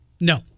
No